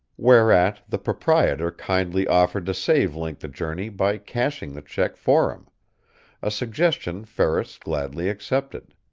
whereat the proprietor kindly offered to save link the journey by cashing the check for him a suggestion ferris gladly accepted.